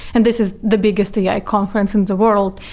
and this is the biggest ai conference in the world.